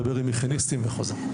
מדבר עם מיכניסטים וחוזר.